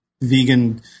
vegan